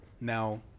now